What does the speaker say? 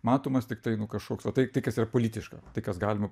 matomas tiktai nu kažkoks ta tai kas yra politiška tai kas galima